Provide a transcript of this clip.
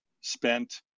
spent